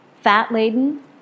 fat-laden